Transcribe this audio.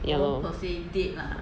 ya lor